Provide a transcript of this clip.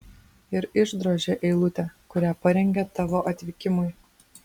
ir išdrožia eilutę kurią parengė tavo atvykimui